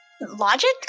Logic